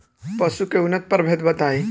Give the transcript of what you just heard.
पशु के उन्नत प्रभेद बताई?